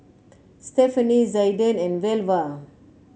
Stephanie Zaiden and Velva